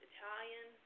Italian